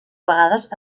vegades